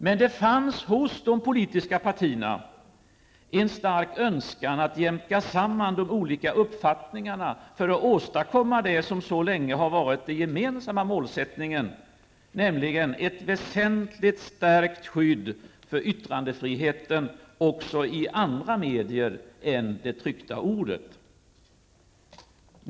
Men det fanns en stark önskan hos de politiska parterna att jämka samman de olika uppfattningarna för att åstadkomma det som så länge har varit en gemensamma målsättningen, nämligen ett väsentligt stärkt skydd för yttrandefriheten också i andra medier än det tryckta ordet.